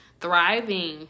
thriving